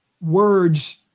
words